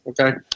okay